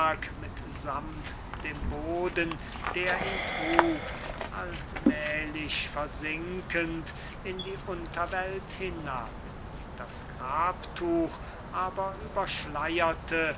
sammt dem boden der ihn trug allmählich versinkend in die unterwelt hinab das grabtuch aber